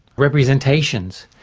representations,